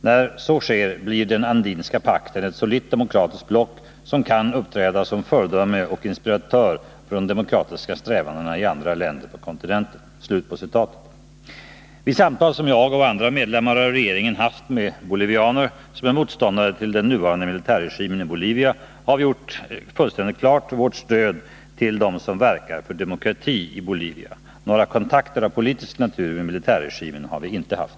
När så sker blir den Andinska pakten ett solitt demokratiskt block som kan uppträda som föredöme och inspiratör för de demokratiska strävandena i andra länder på kontinenten.” Vid samtal som jag och andra medlemmar av regeringen haft med bolivianer som är motståndare till den nuvarande militärregimen i Bolivia har vi klart deklarerat vårt stöd till dem som verkar för demokrati i Bolivia. Några kontakter av politisk natur med militärregimen har vi inte haft.